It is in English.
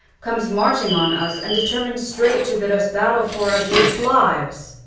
comes marching on us, and determines straight to bid us battle for our dearest lives.